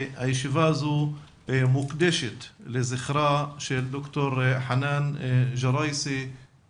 הישיבה הזו מוקדשת לזכרה של ד"ר חנאן ג'ראייסי-כרכבי.